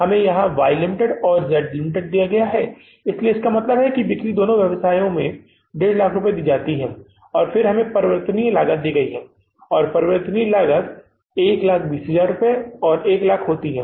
हमें यहाँ Y Ltd और Z Ltd दिया गया है इसलिए इसका मतलब है कि बिक्री दोनों व्यवसायों में 150000 दी जाती है और फिर हमें परिवर्तनीय लागत दी जाती है और परिवर्तनीय लागत 120000 और 100000 होती है